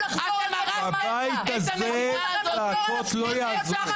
--- בבית הזה צעקות לא יעזרו.